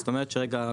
זאת אומרת שרגע,